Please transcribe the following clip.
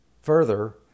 Further